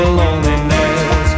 loneliness